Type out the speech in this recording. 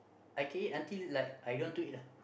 I can eat until like I don't want to eat ah